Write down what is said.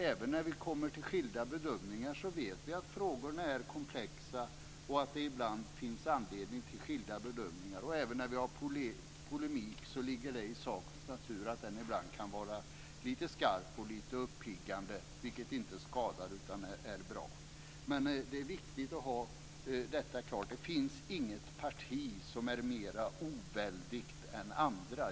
Även när vi gör skilda bedömningar vet vi att frågorna är komplexa och att det ibland finns anledning till skilda bedömningar. Även när vi har polemik ligger det i sakens natur att den ibland kan vara lite skarp och lite uppiggande, vilket inte skadar utan är bra. Det är viktigt att ha detta klart för sig. Det finns inget parti som är mer oväldigt än andra.